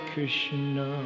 Krishna